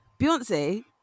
Beyonce